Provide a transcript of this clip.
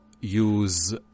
use